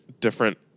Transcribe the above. different